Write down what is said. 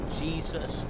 Jesus